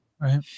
Right